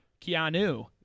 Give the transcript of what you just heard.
keanu